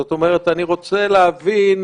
זאת אומרת שאני רוצה להבין,